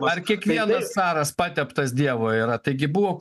ar kiekvienas caras pateptas dievo yra taigi buvo